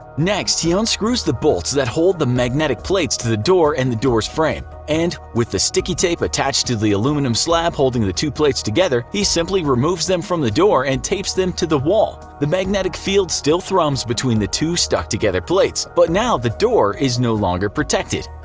next, he ah unscrews the bolts that hold the magnetic plates to the door and the door's frame, and with the sticky tape attached to the aluminum slab holding the two plates together, he simply removes them from the door and tapes them to the wall the magnetic field still thrums between the two stuck-together plates, but now the door is no longer protected.